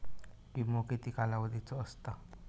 विमो किती कालावधीचो असता?